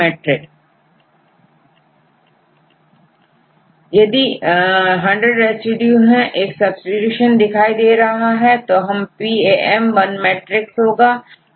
अर्थात यदि100 रेसिड्यू में एक सब्सीट्यूशन दिखाई दे रहा है तो यहPAM1matrix होगा